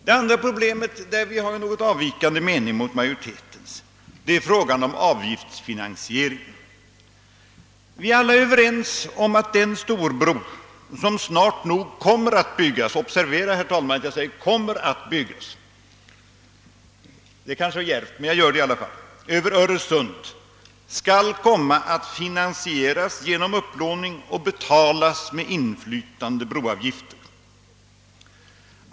Det andra problem där vi har en mening som något avviker från majoritetens gäller avgiftsfinansieringen. Vi är alla överens om att den storbro, som snart nog kommer att byggas — observera, herr talman, att jag säger kommer att byggas, trots att det kanske är djärvt — över Öresund, skall finansieras genom upplåning och betalas med inflytande broavgifter.